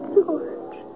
George